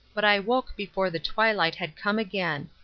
but i woke before the twilight had come again.